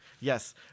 Yes